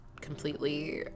completely